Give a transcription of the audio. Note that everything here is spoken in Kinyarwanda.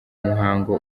muhango